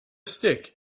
stick